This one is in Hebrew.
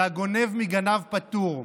והגונב מגנב פטור.